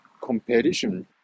competition